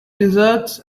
lizards